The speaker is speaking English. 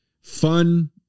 fun